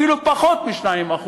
אפילו פחות מ-2%,